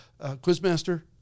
Quizmaster